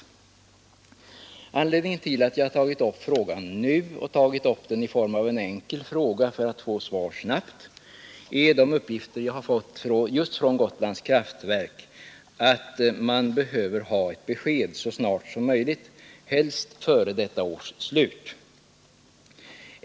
En anledning till att jag tagit upp problemet nu, och i form av en enkel fråga för att få svar snabbt, är de uppgifter jag har fått just från Gotlands kraftverk om att man behöver ha ett besked så snart som möjligt, helst före detta års slut.